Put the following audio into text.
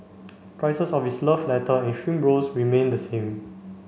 prices of its love letter and shrimp rolls remain the same